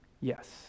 Yes